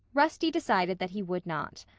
rusty decided that he would not.